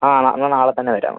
ആ നാ എന്നാൽ നാളെ തന്നെ വരാം